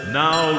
now